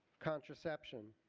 contraception,